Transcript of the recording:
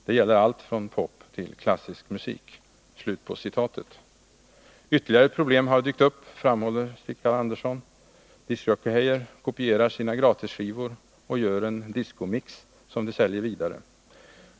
Det gäller allt från pop till klassisk musik.” Ytterligare ett problem har dykt upp, framhåller Stikkan Andersson. Discjockeyer kopierar sina gratisskivor och gör en discomix som de säljer vidare.